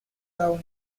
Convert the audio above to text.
down